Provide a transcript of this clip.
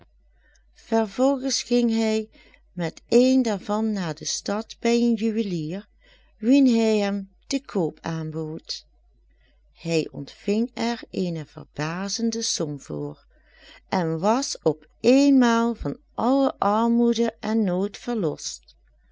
vervolgens ging hij met een daarvan naar de stad bij een juwelier wien hij hem te koop aanbood hij ontving er eene verbazende som voor en was op eenmaal van alle armoede en nood verlost